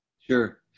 Sure